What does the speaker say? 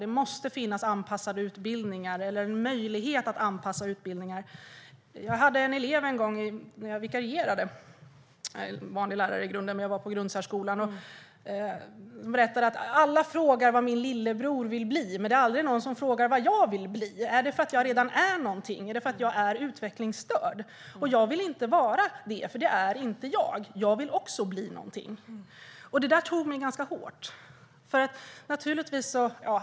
Det måste finnas anpassade utbildningar eller möjlighet att anpassa utbildningar. Jag hade en elev en gång när jag vikarierade - jag är vanlig lärare i grunden, men jag var på en grundsärskola - som sa: Alla frågar vad min lillebror vill bli, men det är aldrig någon som frågar vad jag vill bli. Är det för att jag redan är någonting? Är det för att jag är utvecklingsstörd? Och jag vill inte vara det, för det är inte jag. Jag vill också bli någonting. Det där tog mig ganska hårt.